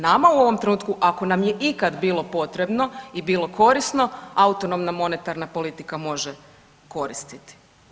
Nama u ovom trenutku, ako nam je ikad bilo potrebno i bilo korisno autonomna monetarna politika može koristiti.